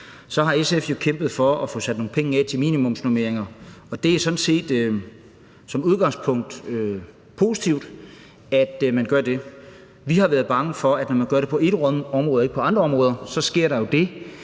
så har SF jo kæmpet for at få sat nogle penge af til minimumsnormeringer, og det er sådan set som udgangspunkt positivt, at man gør det. Vi har været bange for, at når man gør det på et område og ikke på andre områder, så sker der det,